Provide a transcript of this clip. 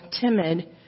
timid